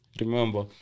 Remember